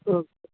okay